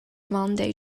monday